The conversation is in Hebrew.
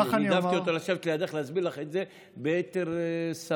אני נידבתי אותו לשבת לידך ולהסביר לך את זה ביתר סבלנות.